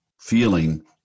feeling